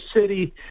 city